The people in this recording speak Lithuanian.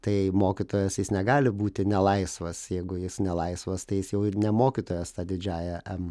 tai mokytojas jis negali būti nelaisvas jeigu jis nelaisvas tai jis jau ir ne mokytojas ta didžiąja em